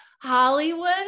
Hollywood